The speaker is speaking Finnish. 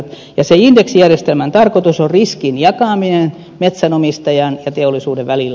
sen indeksijärjestelmän tarkoitus on riskin jakaminen metsänomistajan ja teollisuuden välillä